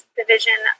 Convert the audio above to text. division